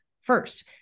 first